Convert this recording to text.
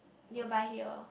nearby here